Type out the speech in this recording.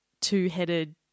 two-headed